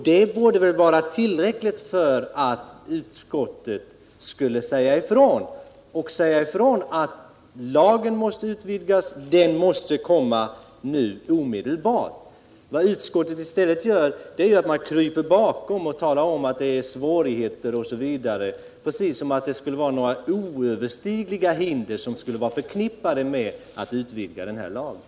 Det borde vara tillräckligt för att utskottet skulle kunna uttala sig för att lagen måste utvidgas och att detta måste ske omedelbart. Men utskottet kryper i stället bakom talet om svårigheter i samband med detta osv., precis som om det skulle vara oöverstigliga hinder förknippade med frågan om att utvidga den här lagen.